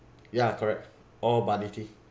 yeah correct oh but nitty